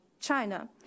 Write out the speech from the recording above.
China